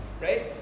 right